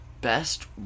best